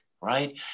right